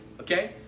okay